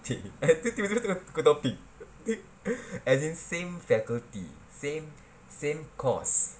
!chey! abeh tiba-tiba tukar topic as in same faculty same same course